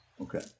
Okay